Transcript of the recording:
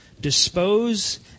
dispose